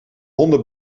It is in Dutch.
honden